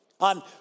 On